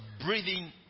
breathing